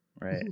Right